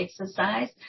exercise